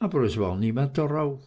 aber es war niemand darauf